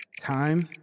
Time